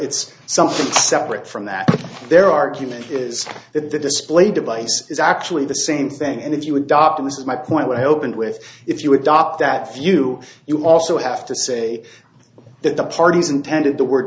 it's something separate from that their argument is that the display device is actually the same thing and if you adopt this my point i opened with if you adopt that view you also have to say that the parties intended the word